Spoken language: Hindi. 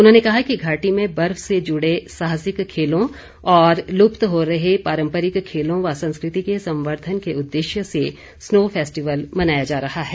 उन्होंने कहा कि घाटी में बर्फ से जुड़े साहसिक खेलो और लुप्त हो रहे पारम्परिक खेलो व संस्कृति के संवर्धन के उद्देश्य से स्नो फेस्टिवल मनाया जा रहा है